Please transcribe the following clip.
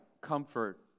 Comfort